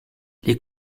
les